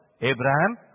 Abraham